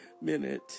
minute